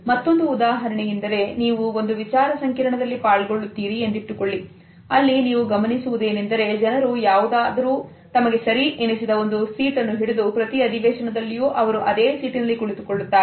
ಮತ್ತೊಂದು ಉದಾಹರಣೆಯೆಂದರೆ ನೀವು ಒಂದು ವಿಚಾರ ಸಂಕಿರಣದಲ್ಲಿ ಪಾಲ್ಗೊಳ್ಳುತ್ತೀರಿ ಎಂದಿಟ್ಟುಕೊಳ್ಳಿ ಅಲ್ಲಿ ನೀವು ಗಮನಿಸುವುದೇ ನೆಂದರೆ ಜನರು ಯಾವುದಾದರೂ ತಮಗೆ ಸರಿ ಎನಿಸುವ ಒಂದು ಸೀಟನ್ನು ಹಿಡಿದು ಪ್ರತಿ ಅಧಿವೇಶನದಲ್ಲಿ ಅವರು ಅದೇ ಸೀಟಿನಲ್ಲಿ ಕುಳಿತುಕೊಳ್ಳುತ್ತಾರೆ